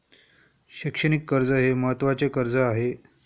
शैक्षणिक कर्ज हे महत्त्वाचे कर्ज आहे